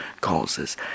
causes